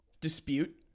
dispute